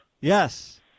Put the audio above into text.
Yes